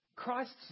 Christ's